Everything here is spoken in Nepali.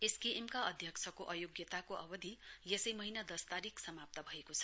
एसकेएम का अध्यक्षको अयोग्यताको अवधि यसै महीना दस तारीक समाप्त भएको छ